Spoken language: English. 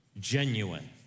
genuine